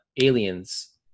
aliens